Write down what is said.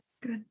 good